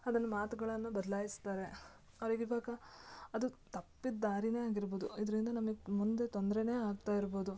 ಅದನ್ನು ಮಾತುಗಳನ್ನು ಬದ್ಲಾಯಿಸ್ತಾರೆ ಅವ್ರಿಗೆ ಇವಾಗ ಅದು ತಪ್ಪಿದ ದಾರಿನೇ ಆಗಿರ್ಬೋದು ಇದರಿಂದ ನಮಿಗೆ ಮುಂದೆ ತೊಂದ್ರೆ ಆಗ್ತಾ ಇರ್ಬೋದು